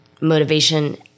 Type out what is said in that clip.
Motivation